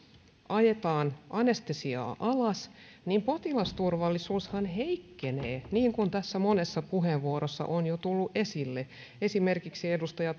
ajetaan anestesiaa alas niin potilasturvallisuushan heikkenee niin kuin tässä monessa puheenvuorossa on jo tullut esille esimerkiksi edustaja